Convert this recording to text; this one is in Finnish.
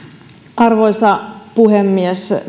arvoisa puhemies